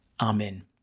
Amen